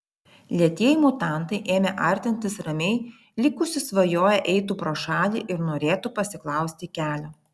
lėtieji mutantai ėmė artintis ramiai lyg užsisvajoję eitų pro šalį ir norėtų pasiklausti kelio